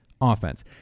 offense